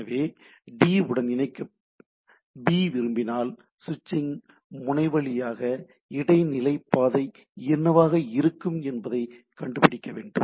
எனவே டி உடன் இணைக்க பி விரும்பினால் சுவிட்சிங் முனை வழியான இடைநிலை பாதை என்னவாக இருக்கும் என்பதைக் கண்டுபிடிக்க வேண்டும்